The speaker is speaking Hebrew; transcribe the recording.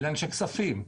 אנשי כספים,